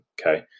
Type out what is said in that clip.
Okay